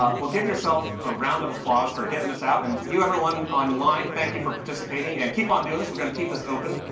ah well give yourself of applause for getting this out and you, everyone online, thank you for participating, and keep on doing this. we're going to keep this open.